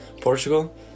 Portugal